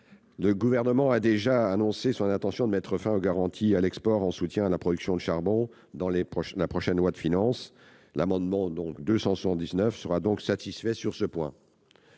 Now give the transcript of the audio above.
Le Gouvernement a déjà annoncé son intention de mettre fin aux garanties à l'export en soutien de la production de charbon dans la prochaine loi de finances. L'amendement n° 279 sera donc satisfait sur ce point.